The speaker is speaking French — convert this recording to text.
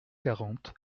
quarante